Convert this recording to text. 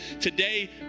today